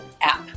app